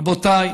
רבותיי,